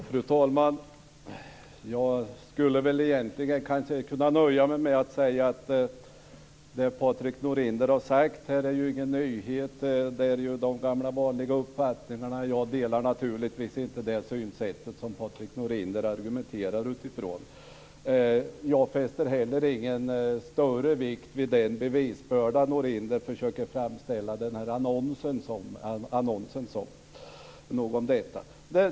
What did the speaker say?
Fru talman! Jag skulle egentligen kunna nöja mig med att säga att det som Patrik Norinder har sagt inte är några nyheter. Det är de gamla vanliga uppfattningarna. Jag delar naturligtvis inte det synsätt som Patrik Norinder argumenterar utifrån. Jag fäster heller ingen större vikt vid det bevis - den här annonsen - som Norinder försöker framställa. Nog om detta.